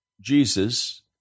Jesus